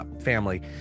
family